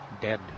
dead